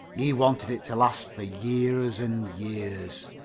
he wanted it to last for years and years.